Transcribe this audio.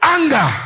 Anger